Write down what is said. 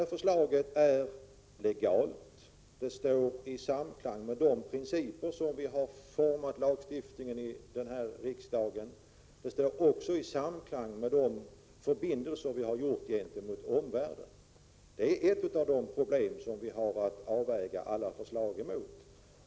Ett förslag måste vara legalt, stå i samklang med de principer enligt vilka vi här i riksdagen brukar utforma lagstiftningen, men också vara i samklang med de förbindelser som vi har gjort gentemot omvärlden. Det är ett av de problem som vi har att avväga alla förslag emot.